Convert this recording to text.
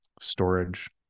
storage